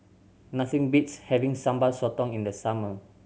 nothing beats having Sambal Sotong in the summer